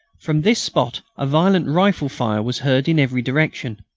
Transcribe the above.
from this spot a violent rifle fire was heard in every direction.